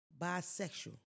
bisexual